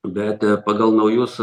bet ir pagal naujus